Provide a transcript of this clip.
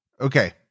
Okay